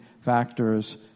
factors